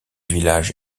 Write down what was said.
village